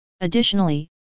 Additionally